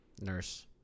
Nurse